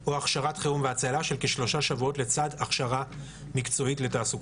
או הכשרת חירום והצלה של כשלושה שבועות לצד הכשרה מקצועית ותעסוקה.